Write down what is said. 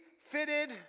fitted